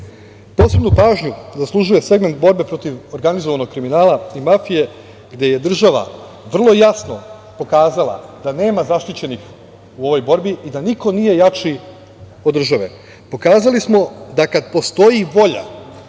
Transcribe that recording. pažnju zaslužuje segment borbe protiv organizovanog kriminala i mafije, gde je država vrlo jasno pokazala da nema zaštićenih u ovoj borbi i da niko nije jači od države. Pokazali smo da kada postoji volja,